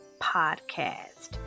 podcast